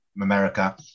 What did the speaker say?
America